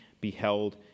beheld